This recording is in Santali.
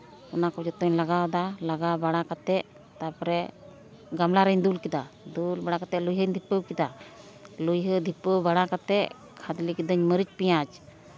ᱚᱱᱠᱟ ᱠᱚ ᱡᱚᱛᱚᱧ ᱞᱟᱜᱟᱣᱫᱟ ᱞᱟᱜᱟᱣ ᱵᱟᱲᱟ ᱠᱟᱛᱮ ᱛᱟᱨᱯᱚᱨᱮ ᱜᱟᱢᱞᱟ ᱨᱤᱧ ᱫᱩᱞ ᱠᱮᱫᱟ ᱞᱩ ᱵᱟᱲᱟ ᱠᱟᱛᱮ ᱞᱩᱭᱦᱟᱹᱧ ᱫᱤᱯᱟᱹᱣ ᱠᱮᱫᱟ ᱞᱩᱭᱦᱟᱹ ᱫᱷᱤᱯᱟᱹᱣ ᱵᱟᱲᱟ ᱠᱟᱛᱮ ᱠᱷᱟᱫᱽᱞᱮ ᱠᱤᱫᱟᱹᱧ ᱢᱟᱹᱨᱤᱪ ᱯᱮᱸᱭᱟᱡᱽ